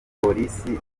polisi